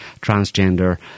transgender